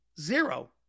Zero